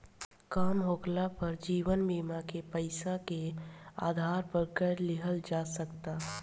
काम होखाला पर जीवन बीमा के पैसा के आधार पर कर्जा लिहल जा सकता